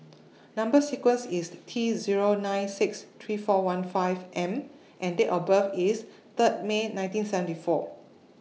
Number sequence IS T Zero nine six three four one five M and Date of birth IS Third May nineteen seventy four